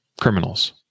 criminals